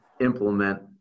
implement